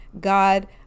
God